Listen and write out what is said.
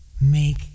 make